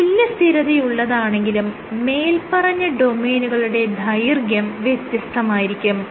തുല്യ സ്ഥിരതയുള്ളതാണെങ്കിലും മേല്പറഞ്ഞ ഡൊമെയ്നുകളുടെ ദൈർഘ്യം വ്യത്യസ്തമായിരിക്കും